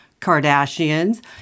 Kardashians